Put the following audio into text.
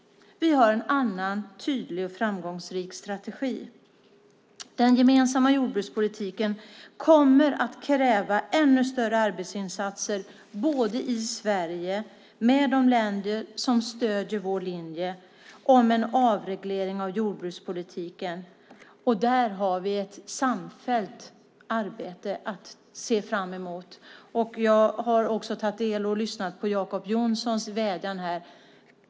Vi har en annan, tydlig och framgångsrik strategi. Den gemensamma jordbrukspolitiken kommer att kräva ännu större arbetsinsatser i Sverige och med de länder som stöder vår linje om en avreglering av jordbrukspolitiken. Där har vi ett samfällt arbete att se fram emot, och jag har också tagit del av och lyssnat på Jacob Johnsons vädjan här.